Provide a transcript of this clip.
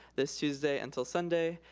this tuesday until sunday.